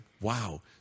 wow